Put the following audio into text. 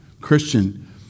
Christian